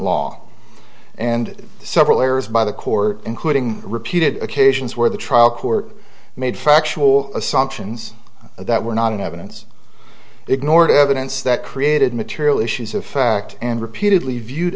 law and several errors by the court including repeated occasions where the trial court made factual assumptions that were not in evidence ignored evidence that created material issues of fact and repeatedly viewed